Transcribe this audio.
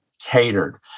catered